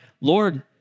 Lord